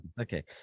Okay